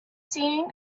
seen